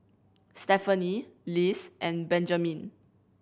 Stephany Liz and Benjamine